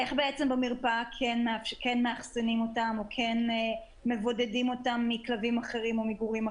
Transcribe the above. איך מאחסנים אותם במרפאה או מבודדים אותם מכלבים או מגורים אחרים?